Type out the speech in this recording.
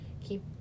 keep